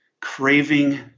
craving